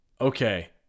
Okay